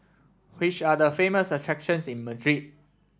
which are the famous attractions in Madrid